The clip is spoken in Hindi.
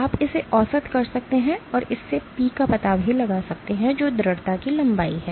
आप इसे औसत कर सकते हैं और इस P का पता लगा सकते हैं जो दृढ़ता की लंबाई है